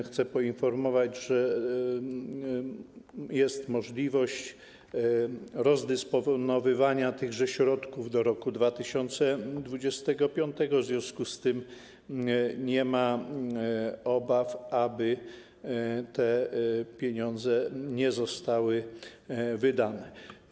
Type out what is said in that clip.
Chcę poinformować, że jest możliwość rozdysponowywania tychże środków do roku 2025, w związku z czym nie ma obaw, te pieniądze zostaną wydane.